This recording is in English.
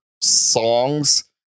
songs